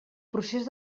procés